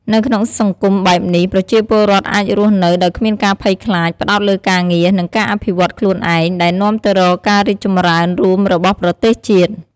នៅក្នុងសង្គមបែបនេះ ប្រជាពលរដ្ឋអាចរស់នៅដោយគ្មានការភ័យខ្លាច ផ្តោតលើការងារ និងការអភិវឌ្ឍន៍ខ្លួនឯង ដែលនាំទៅរកការរីកចម្រើនរួមរបស់ប្រទេសជាតិ។